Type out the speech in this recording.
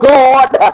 God